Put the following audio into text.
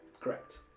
Correct